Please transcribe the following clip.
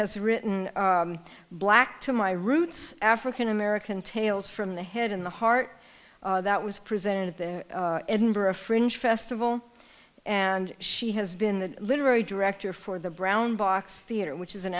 has written black to my roots african american tales from the head in the heart that was presented at the edinburgh fringe festival and she has been the literary director for the brown box theater which is an